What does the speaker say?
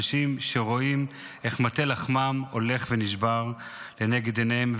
אנשים שרואים איך מטה לחמם הולך ונשבר לנגד עיניהם,